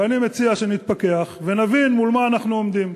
ואני מציע שנתפכח ונבין מול מה אנחנו עומדים.